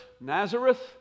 Nazareth